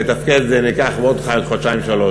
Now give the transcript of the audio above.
לתפקד זה ייקח עוד חודשיים-שלושה.